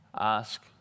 ask